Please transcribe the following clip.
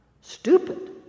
Stupid